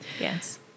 Yes